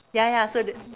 ya ya so the